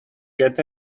get